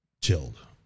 chilled